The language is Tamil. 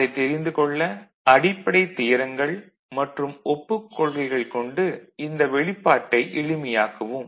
அதைத் தெரிந்து கொள்ள அடிப்படை தியரங்கள் மற்றும் ஒப்புக் கொள்கைகள் கொண்டு இந்த வெளிப்பாட்டை எளிமையாக்குவோம்